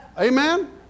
Amen